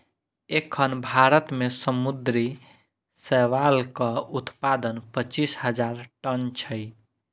एखन भारत मे समुद्री शैवालक उत्पादन पच्चीस हजार टन छै